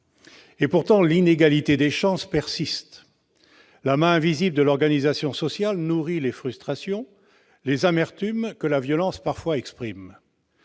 et pourtant l'inégalité des chances persiste. La main invisible de l'organisation sociale nourrit les frustrations, les amertumes, que la violence parfois exprime.